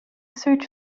search